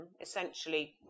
essentially